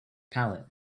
palate